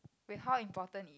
with how importantly